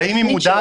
האם היא מודעת